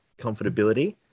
comfortability